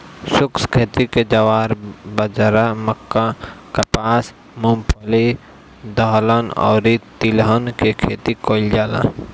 शुष्क खेती में ज्वार, बाजरा, मक्का, कपास, मूंगफली, दलहन अउरी तिलहन के खेती कईल जाला